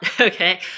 Okay